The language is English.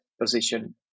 position